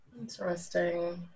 Interesting